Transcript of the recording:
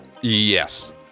Yes